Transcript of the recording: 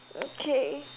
okay